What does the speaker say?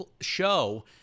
show